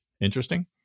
Interesting